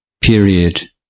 period